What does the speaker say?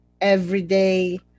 everyday